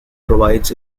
provides